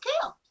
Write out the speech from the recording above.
killed